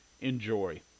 Enjoy